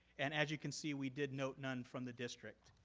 and as you can see we did note none from the district.